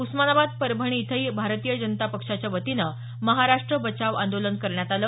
उस्मानाबाद परभणी इथंही भारतीय जनता पक्षाच्या वतीनं महाराष्ट्र बचाव आंदोलन करण्यात आलं